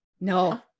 No